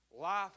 Life